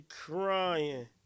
crying